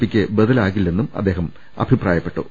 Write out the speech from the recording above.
പിയ്ക്ക് ബദലാകില്ലെന്നും അദ്ദേഹം അഭിപ്രായപ്പെട്ടു